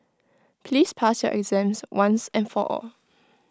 please pass your exams once and for all